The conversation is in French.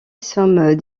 sommes